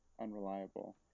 unreliable